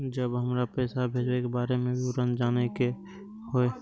जब हमरा पैसा भेजय के बारे में विवरण जानय के होय?